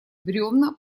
бревна